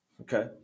Okay